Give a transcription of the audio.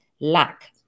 lack